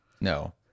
No